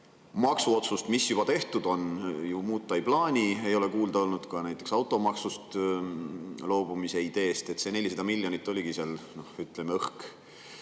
maksuotsust, mis juba tehtud on, ju muuta ei plaani. Ei ole kuulda olnud ka näiteks automaksust loobumise ideest. See 400 miljonit oligi see, ütleme, õhk.